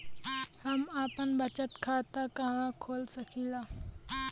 हम आपन बचत खाता कहा खोल सकीला?